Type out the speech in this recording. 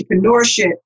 entrepreneurship